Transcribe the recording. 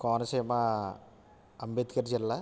కోనసీమ అంబేద్కర్ జిల్లా